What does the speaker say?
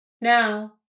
Now